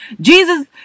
Jesus